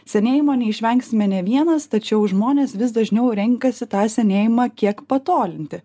senėjimo neišvengsime ne vienas tačiau žmonės vis dažniau renkasi tą senėjimą kiek patolinti